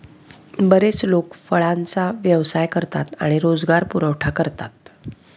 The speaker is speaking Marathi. बरेच लोक फळांचा व्यवसाय करतात आणि रोजगार पुरवठा करतात